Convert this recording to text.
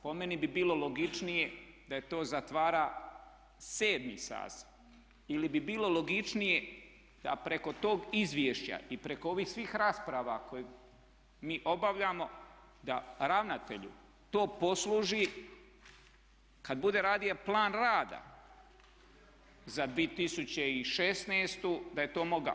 Po meni bi bilo logičnije da to zatvara sedmi saziv ili bi bilo logičnije da preko tog izvješća i preko ovih svih rasprava koje mi obavljamo da ravnatelju to posluži kad bude radio plan rada za 2016., da je to mogao.